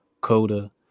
coda